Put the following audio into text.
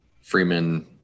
Freeman